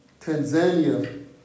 Tanzania